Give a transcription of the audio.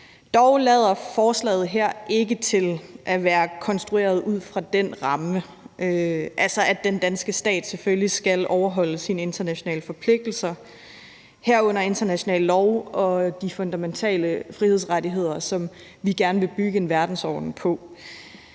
Dog lader forslaget her ikke til at være konstrueret ud fra den ramme, altså at den danske stat selvfølgelig skal overholde sine internationale forpligtelser, herunder international lov og de fundamentale frihedsrettigheder, som vi gerne vil bygge en verdensorden på.